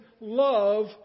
love